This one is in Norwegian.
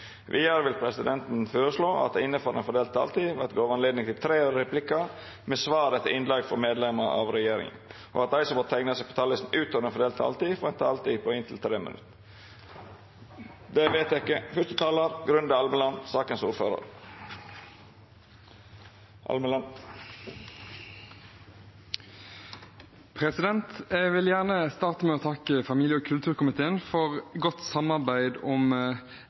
Vidare vil presidenten føreslå at det – innanfor den fordelte taletida – vert gjeve høve til inntil tre replikkar med svar etter innlegg frå medlemer av regjeringa, og at dei som måtte teikna seg på talarlista utover den fordelte taletida, får ei taletid på inntil 3 minutt. – Det er vedteke. Jeg vil gjerne starte med å takke familie- og kulturkomiteen for godt samarbeid om